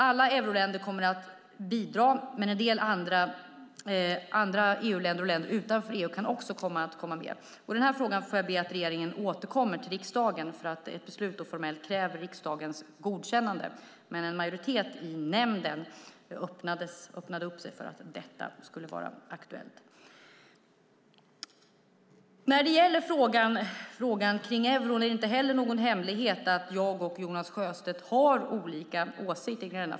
Alla euroländer kommer att bidra, men en del andra EU-länder och länder utanför EU kan också komma med. Denna fråga får jag be att regeringen återkommer till riksdagen om. Ett formellt beslut kräver riksdagens godkännande. Men en majoritet i nämnden öppnade för att detta skulle vara aktuellt. När det gäller frågan om euron är det inte heller någon hemlighet att jag och Jonas Sjöstedt har olika åsikter.